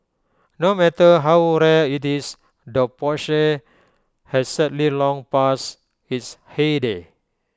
no matter how rare IT is the Porsche has sadly long passed its heyday